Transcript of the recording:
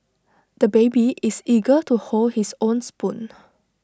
the baby is eager to hold his own spoon